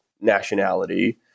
nationality